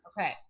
okay